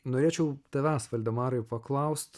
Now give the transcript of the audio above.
norėčiau tavęs valdemarai paklaust